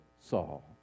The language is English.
Saul